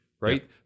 right